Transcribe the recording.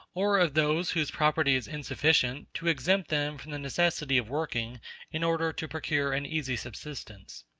or of those whose property is insufficient to exempt them from the necessity of working in order to procure an easy subsistence.